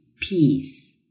Peace